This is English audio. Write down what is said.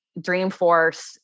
Dreamforce